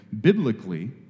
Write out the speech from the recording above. Biblically